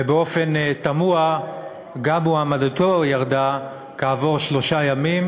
ובאופן תמוה גם מועמדותו ירדה כעבור שלושה ימים,